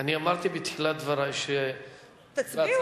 אני אמרתי בתחילת דברי, תצביעו.